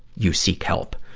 you seek help.